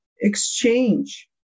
Exchange